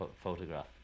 photograph